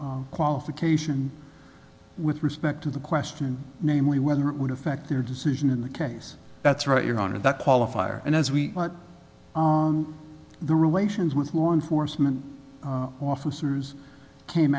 a qualification with respect to the question namely whether it would affect their decision in the case that's right your honor that qualifier and as we the relations with law enforcement officers came